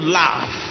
laugh